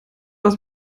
was